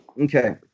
Okay